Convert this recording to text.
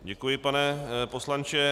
Děkuji, pane poslanče.